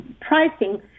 Pricing